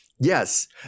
Yes